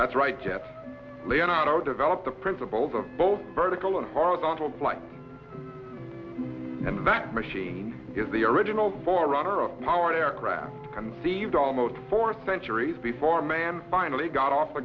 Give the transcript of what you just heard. that's right jeff leonardo developed the principles of both vertical and horizontal flight and back machine is the original forerunner of our aircraft conceived almost four centuries before man finally got off the